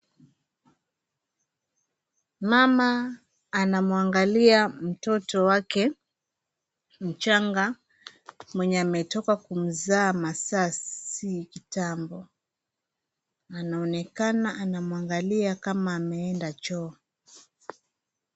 Mama anamwangalia mtoto mchanga, mwenye ametoka kumzaa masaa si kitambo. Anaonekana anamwangalia kama ameenda choo.